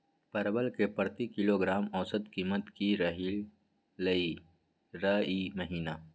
परवल के प्रति किलोग्राम औसत कीमत की रहलई र ई महीने?